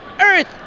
earth